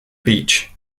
beach